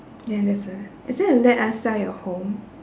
ya there's uh is it a let us sell your home